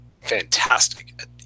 fantastic